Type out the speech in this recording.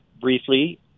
briefly